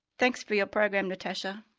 thanks for your program, natasha.